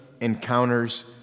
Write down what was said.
encounters